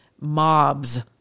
mobs